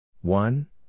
one